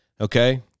Okay